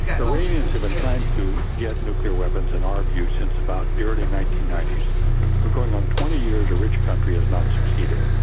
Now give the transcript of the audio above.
the iranians have been trying to get nuclear weapons, in our view, since about the early nineteen ninety s, so we're going on twenty years a rich country has not succeeded.